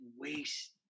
waste